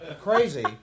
crazy